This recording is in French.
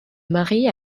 marie